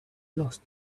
lost